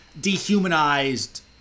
dehumanized